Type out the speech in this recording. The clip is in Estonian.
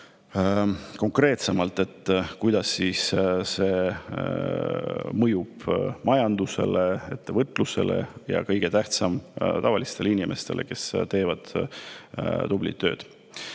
konkreetsemalt, kuidas see mõjub majandusele, ettevõtlusele, ja mis kõige tähtsam, tavalistele inimestele, kes teevad tublit tööd.